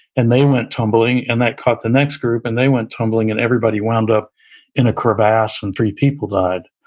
and they went tumbling and that caught the next group, and they went tumbling and everybody wound up in a crevasse and three people died.